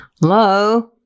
Hello